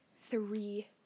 three